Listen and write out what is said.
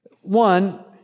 One